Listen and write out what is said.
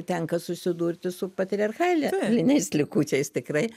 tenka susidurti su patriarchaliniais likučiais tikrai